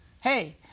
hey